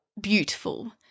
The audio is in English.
beautiful